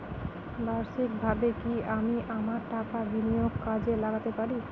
বার্ষিকভাবে কি আমি আমার টাকা বিনিয়োগে কাজে লাগাতে পারি?